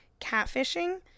catfishing